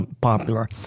popular